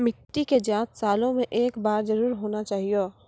मिट्टी के जाँच सालों मे एक बार जरूर होना चाहियो?